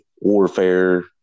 Warfare